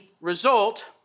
result